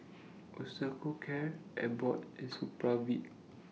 Osteocare Abbott and Supravit